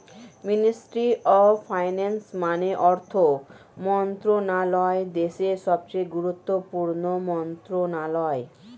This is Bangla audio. মিনিস্ট্রি অফ ফাইন্যান্স মানে অর্থ মন্ত্রণালয় দেশের সবচেয়ে গুরুত্বপূর্ণ মন্ত্রণালয়